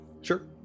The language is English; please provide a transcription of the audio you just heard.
sure